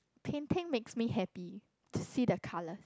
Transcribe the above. painting makes me happy to see the colours